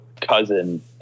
cousin